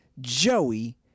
Joey